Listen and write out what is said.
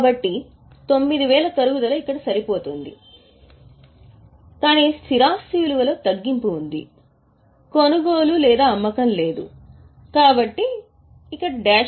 కాబట్టి 9000 తరుగుదల ఇక్కడ సరిపోతుంది కాబట్టి స్థిర ఆస్తి విలువలో తగ్గింపు ఉంది కొనుగోలు లేదా అమ్మకం లేదు కాబట్టి బహుశా ఇది డాష్